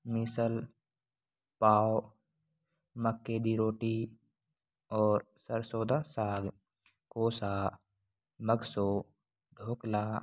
मिसल पाव मक्के दी रोटी और सरसों दा साग कोसा मगसो ढोकला